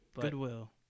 Goodwill